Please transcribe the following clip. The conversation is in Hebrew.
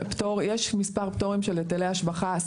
יש מספר פטורים של היטלי השבחה,